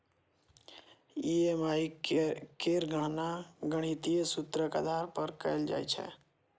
EMI केर गणना गणितीय सूत्रक आधार पर कैल जाइ छै